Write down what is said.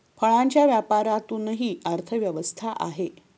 फळांच्या व्यापारातूनही अर्थव्यवस्था आहे